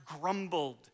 grumbled